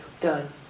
Done